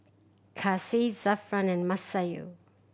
Kasih Zafran and Masayu